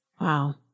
Wow